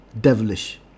devilish